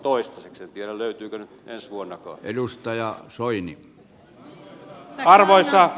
en tiedä löytyykö ensi vuonnakaan